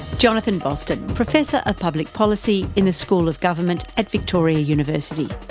jonathan boston, professor of public policy in the school of government at victoria university.